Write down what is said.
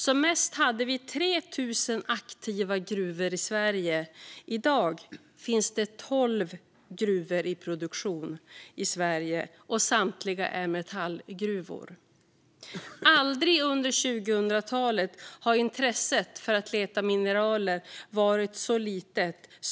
Som mest hade vi 3 000 aktiva gruvor i Sverige. I dag finns det 12 gruvor i produktion i Sverige, och samtliga är metallgruvor. Aldrig under 2000-talet har intresset för att leta mineral varit så litet.